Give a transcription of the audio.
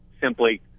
simply